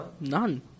None